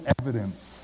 evidence